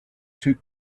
two